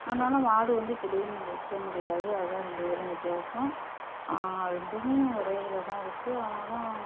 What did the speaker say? அதனால் மாடு வந்து திடீர்னு நம்ப விற்க முடியாது அதுதான் ரெண்டு இதுலையும் வித்தியாசம் ரெண்டுமே ஒரே இதில் தான் இருக்குது ஆனாலும்